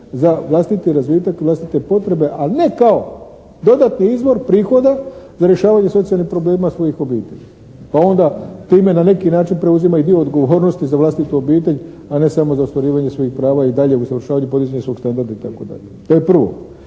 za vlastiti razvitak, vlastite potrebe ali ne kao dodatni izvor prihoda za rješavanje socijalnih problema svojih obitelji. Pa onda time na neki način preuzimaju i dio odgovornosti za vlastitu obitelj a ne samo za ostvarivanje svojih prava i dalje u izvršavanju podizanja svog standarda itd. To je prvo.